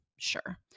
Sure